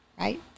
right